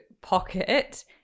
Pocket